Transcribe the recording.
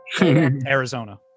Arizona